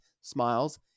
smiles